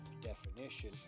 definition